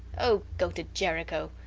oh, go to jericho!